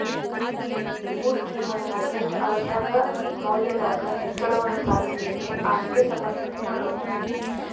ಹೂಡಿಕಿ ಒಂದ ನಿರ್ದಿಷ್ಟ ಅವಧ್ಯಾಗ್ ಮೌಲ್ಯದಾಗ್ ಹೆಚ್ಚಳವನ್ನ ಸಾಧಿಸ್ಲಿಕ್ಕೆ ಆಸ್ತಿ ಸಮರ್ಪಣೆ ಮಾಡೊದು